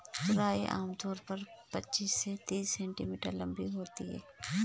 तुरई आम तौर पर पचीस से तीस सेंटीमीटर लम्बी होती है